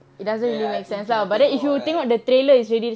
ya ya I think kena tengok right